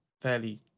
fairly